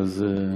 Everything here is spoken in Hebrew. ואז,